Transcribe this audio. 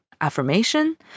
affirmation